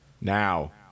Now